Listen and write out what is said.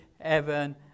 heaven